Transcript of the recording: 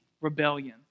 rebellion